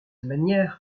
manière